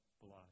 blood